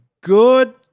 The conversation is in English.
good